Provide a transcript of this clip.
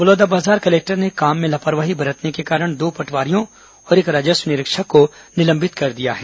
Balodabazar collector ने काम में लापरवाही बरतने के कारण दो पटवारियों और एक राजस्व निरीक्षक को निलंबित कर दिया है